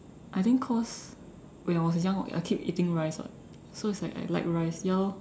I think cause when I was young or I keep eating rice [what] so it's like I like rice ya lor